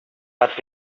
but